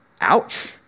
Ouch